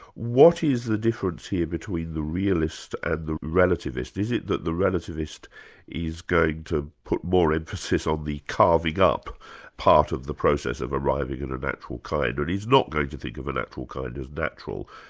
what is the difference here between the realist and the relativist? is it that the relativist is going to put more emphasis on the carving up part of the process of arriving in a natural kind and but he's not going to think of a natural kind as natural,